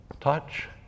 touch